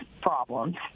problems